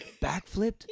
backflipped